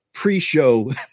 pre-show